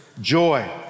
joy